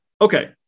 Okay